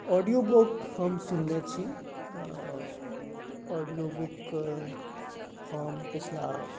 audio book हम सुनने छी ऑडियो बुक हम पिछला